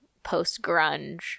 post-grunge